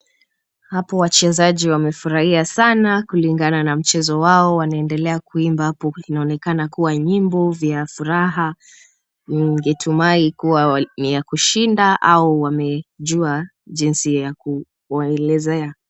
Hapo wachezaji wamefurahia sana kulingana na mchezo wao. Wanaendelea kuimba hapo. Inaonekana kuwa nyimbo vya furaha. Ningetumai kuwa ni ya kushinda au wamejua jinsi ya kuwaelezea.